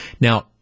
Now